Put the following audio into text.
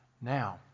Now